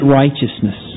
righteousness